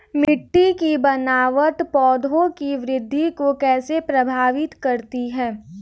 मिट्टी की बनावट पौधों की वृद्धि को कैसे प्रभावित करती है?